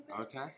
Okay